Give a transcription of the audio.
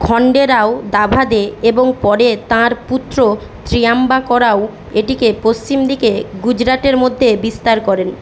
খণ্ডেরাও দাভাদে এবং পরে তাঁর পুত্র ত্র্যম্বক রাও এটিকে পশ্চিম দিকে গুজরাটের মধ্যে বিস্তার করেন